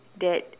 that